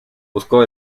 buscó